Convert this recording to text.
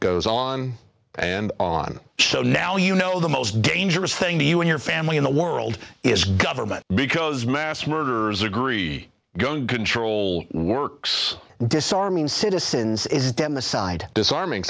goes on and on so now you know the most dangerous thing to you and your family in the world is government because mass murders agree gun control works disarming citizens is dead in the side disarming